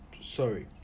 Sorry